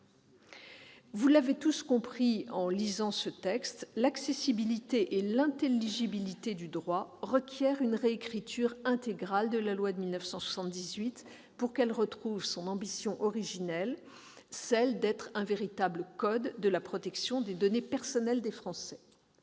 Vous l'avez tous compris en lisant ce texte, l'accessibilité et l'intelligibilité du droit requièrent une réécriture intégrale de la loi de 1978 pour lui faire retrouver son ambition originelle, celle d'être un véritable code de la protection des données personnelles des Français.